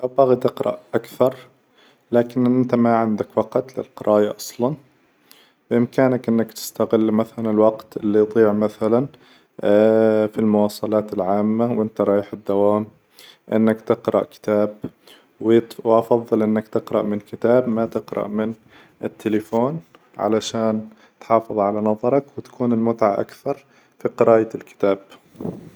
لو باغي تقرأ أكثر لكن إنت ما عندك وقت للقراية أصلا، بإمكانك إنك تستغل مثلا الوقت إللي يظيع مثلا في المواصلات العامة وإنت رايح الدوام، إنك تقرأ كتاب وأفظل إنك تقرأ من كتاب ما تقرأ من التلفون علشان تحافظ على نظرك وتكون المتعة أكثر في قراءة الكتاب.